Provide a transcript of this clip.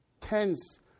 tense